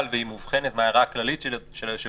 והיא מובחנת מההערה הכללית של היושב-ראש,